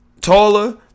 taller